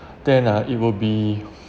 then uh it will be